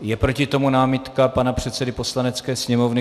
Je proti tomu námitka pana předsedy Poslanecké sněmovny.